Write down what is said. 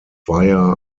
via